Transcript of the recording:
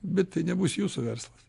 bet tai nebus jūsų verslas